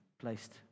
placed